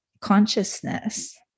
consciousness